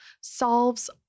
solves